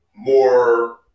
More